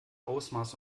ausmaß